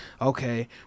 okay